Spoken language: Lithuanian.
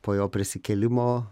po jo prisikėlimo